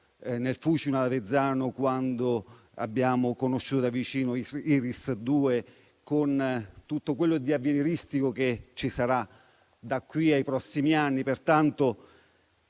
nel Fucino, ad Avezzano, quando abbiamo conosciuto da vicino Iris2, con tutto quello che di avveniristico ci sarà da qui ai prossimi anni.